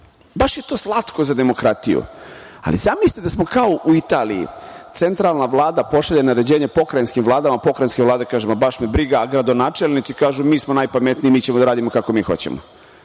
baš je to slatko za demokratiju, ali zamislite da smo kao u Italiji, centralna vlada pošalje naređenje pokrajinskim vladama, pokrajinska vlada kaže – ma, baš me briga, a gradonačelnici kažu – mi smo najpametniji, mi ćemo da radimo kako mi hoćemo.